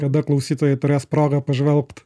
kada klausytojai atras progą pažvelgt